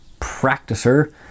practicer